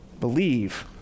believe